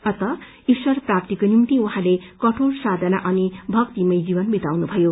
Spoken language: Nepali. अतः ईश्वर प्राप्तिको निम्ति उहाँले कठोर साधाना अनि भक्तिको जीवन विताउनु भयो